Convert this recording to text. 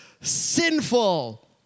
sinful